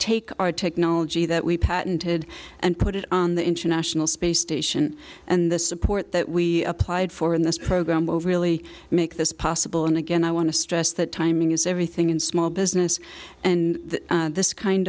take our technology that we patented and put it on the international space station and the support that we applied for in this program over really make this possible and again i want to stress that timing is everything in small business and this kind